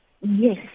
Yes